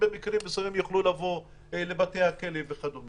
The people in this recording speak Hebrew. במקרים מסוימים יוכלו לבוא לבתי הכלא וכד'.